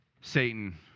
Satan